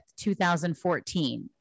2014